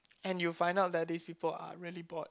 and you find out that these people are really bored